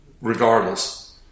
regardless